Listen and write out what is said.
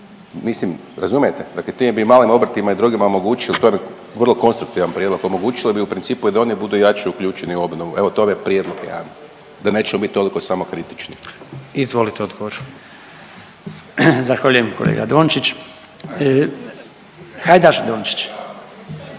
Mislim, razumijete, dakle time bi i malim obrtima i drugima omogućili, to je vrlo konstruktivan prijedlog, omogućili bi u principu i da oni budu jače uključeni u obnovu. Evo to vam je prijedlog jedan, da nećemo biti toliko samokritični. **Jandroković, Gordan (HDZ)** Izvolite odgovor. **Bačić,